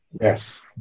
Yes